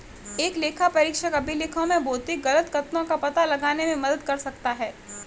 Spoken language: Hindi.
एक लेखापरीक्षक अभिलेखों में भौतिक गलत कथनों का पता लगाने में मदद कर सकता है